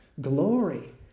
glory